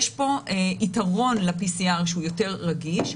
יש פה יתרון ל-PCR שהוא יותר רגיש,